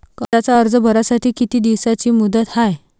कर्जाचा अर्ज भरासाठी किती दिसाची मुदत हाय?